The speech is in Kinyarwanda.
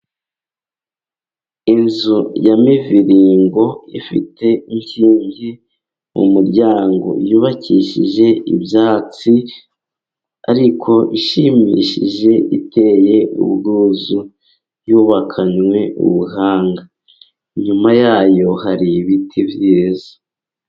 Inzu ya mivirigo ifite inkingi mu muryango, yubakishije ibyatsi ariko ishimishije iteye ubwuzu, yubakanywe ubuhanga. Inyuma yayo hari ibiti byiza.